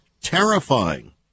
terrifying